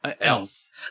else